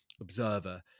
observer